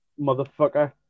motherfucker